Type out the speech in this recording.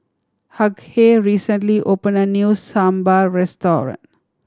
Hughey recently opened a new Sambar restaurant